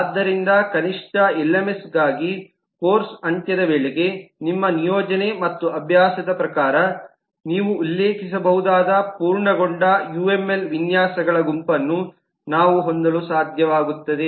ಆದ್ದರಿಂದ ಕನಿಷ್ಠ ಎಲ್ಎಂಎಸ್ ಗಾಗಿ ಕೋರ್ಸ್ನ ಅಂತ್ಯದ ವೇಳೆಗೆ ನಿಮ್ಮ ನಿಯೋಜನೆ ಮತ್ತು ಅಭ್ಯಾಸದ ಪ್ರಕಾರ ನೀವು ಉಲ್ಲೇಖಿಸಬಹುದಾದ ಪೂರ್ಣಗೊಂಡ ಯುಎಂಎಲ್ ವಿನ್ಯಾಸಗಳ ಗುಂಪನ್ನು ನಾವು ಹೊಂದಲು ಸಾಧ್ಯವಾಗುತ್ತದೆ